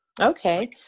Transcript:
Okay